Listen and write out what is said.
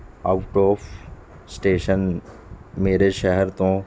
out of station ਮੇਰੇ ਸ਼ਹਿਰ ਤੋਂ